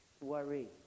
worry